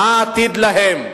מה יהיה העתיד שלהם.